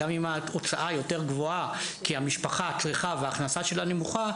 גם אם ההוצאה יותר גבוהה כי המשפחה צריכה וההכנסה שלה נמוכה,